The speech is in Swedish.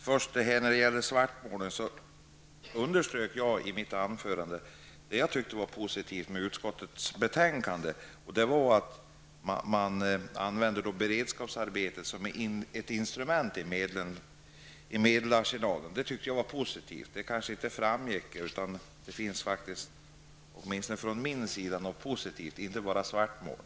Fru talman! När det gäller svartmålning underströk jag i mitt anförande det som jag tyckte var positivt i utskottets betänkande, nämligen att man använde beredskapsarbeten som ett instrument. Det tyckte jag var positivt. Det kanske inte framgick att det åtminstone från min sida finns något positivt och att jag inte bara svartmålar.